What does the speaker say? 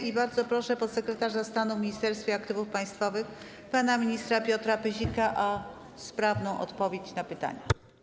I bardzo proszę podsekretarza stanu w Ministerstwie Aktywów Państwowych pana ministra Piotra Pyzika o sprawną odpowiedź na pytania.